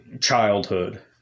childhood